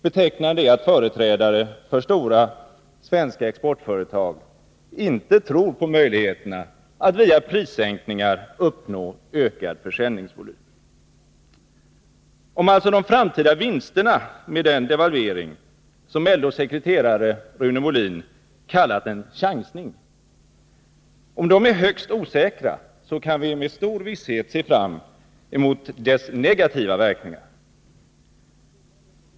Betecknande är att företrädare för stora svenska exportföretag inte tror på möjligheterna att via prissänkningar uppnå ökad försäljningsvolyni; - Om alltså de framtida vinsterna med den devalvering som LO:s sekreterare Rune Molin kallat en chansning är högst osäkra, så kan vi med stor visshet se fram emot dess negativa verkningar.